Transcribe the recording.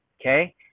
Okay